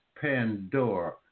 Pandora